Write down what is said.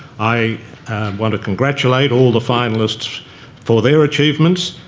i want to congratulate all the finalists for their achievements,